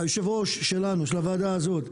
היושב ראש שלנו, של הוועדה הזו,